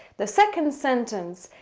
the second sentence,